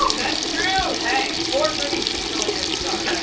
that's true. hey, four greens is still a good start.